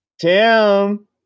Tim